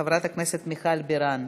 חברת הכנסת מיכל בירן,